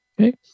Okay